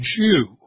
Jew